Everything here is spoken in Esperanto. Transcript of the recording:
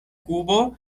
kubo